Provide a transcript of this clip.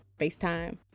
FaceTime